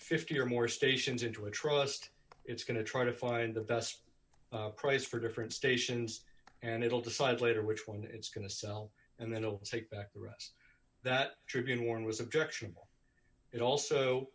fifty or more stations into a trust it's going to try to find the best price for different stations and it'll decide later which one it's going to sell and then it'll take back to us that tribune warren was objectionable it also